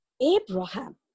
Abraham